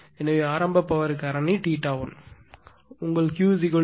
எனவே ஆரம்ப பவர் காரணி θ1 உங்கள் Q QL P tan θ1